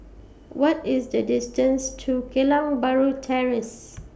What IS The distance to Geylang Bahru Terrace